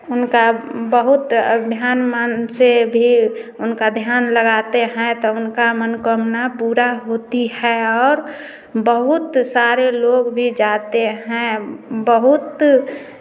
उनका बहुत धन मन से भी उनका ध्यान लगाते हैं तब उनकी मनोकामना पूरी होती है और बहुत सारे लोग भी जाते हैं बहुत